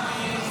לפי סדר-היום,